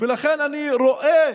ולכן אני רואה